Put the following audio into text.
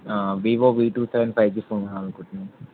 Vivo V two seven five G phone కొనాలి అనుకుంటున్నా